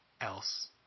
else